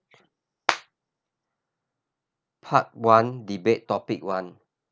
part one debate topic one